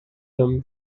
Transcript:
him